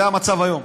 זה המצב היום.